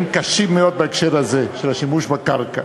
קשים מאוד בהקשר הזה של השימוש בקרקע.